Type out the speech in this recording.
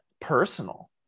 personal